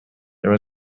there